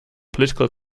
political